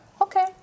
Okay